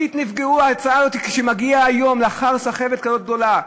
ההצעה הזאת שמגיעה היום לאחר סחבת כזו גדולה,